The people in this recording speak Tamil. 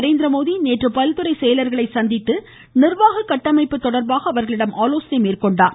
நரேந்திரமோடி நேற்று பல்துறை செயலா்களை சந்தித்து நிர்வாக கட்டமைப்பு தொடர்பாக அவர்களிடம் ஆலோசனை மேற்கொண்டார்